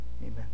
amen